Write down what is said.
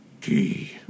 Key